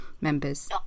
members